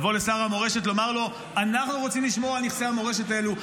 לבוא לשר המורשת ולומר לו: אנחנו רוצים לשמור על נכסי המורשת האלה,